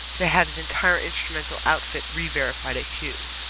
to have his entire instrumental outfit re-verified at kew.